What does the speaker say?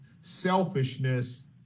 selfishness